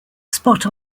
spot